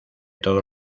todos